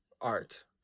art